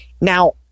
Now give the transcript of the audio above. Now